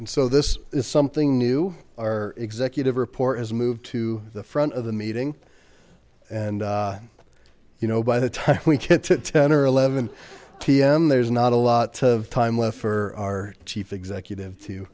and so this is something new our executive report has moved to the front of the meeting and you know by the time when kids at ten or eleven pm there's not a lot of time left for our chief executive to